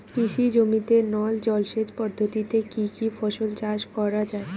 কৃষি জমিতে নল জলসেচ পদ্ধতিতে কী কী ফসল চাষ করা য়ায়?